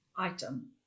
Item